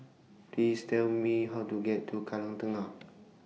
Please Tell Me How to get to Kallang Tengah